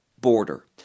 border